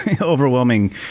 overwhelming